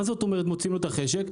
מה זאת אומרת מוציאים לו את החשק?